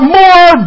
more